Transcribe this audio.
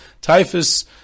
typhus